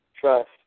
Trust